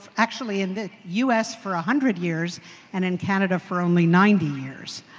actually in the u s. for a hundred years and in canada for only ninety years.